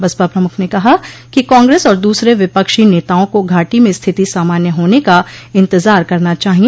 बसपा प्रमुख ने कहा कि कांग्रेस और दूसरे विपक्षी नेताओं को घाटी में स्थिति सामान्य होने का इंतजार करना चाहिए